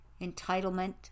entitlement